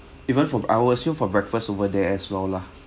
even for I will assume for breakfast over there as well lah